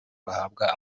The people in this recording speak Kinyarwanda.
bahabwa